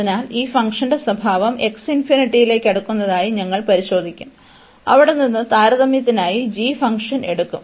അതിനാൽ ഈ ഫംഗ്ഷന്റെ സ്വഭാവം x ലേക്ക് അടുക്കുന്നതായി ഞങ്ങൾ പരിശോധിക്കും അവിടെ നിന്ന് താരതമ്യത്തിനായി g ഫംഗ്ഷൻ എടുക്കും